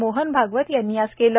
मोहन भागवत यांनी आज केले